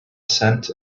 scent